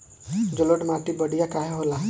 जलोड़ माटी बढ़िया काहे होला?